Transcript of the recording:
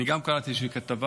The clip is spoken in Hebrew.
אני גם קראתי איזושהי כתבה